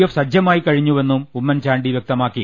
F സജ്ജ മായിക്കഴിഞ്ഞുവെന്നും Oommen Chandy വൃക്തമാക്കി